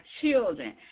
children